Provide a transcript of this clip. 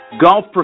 golf